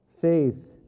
faith